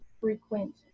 frequent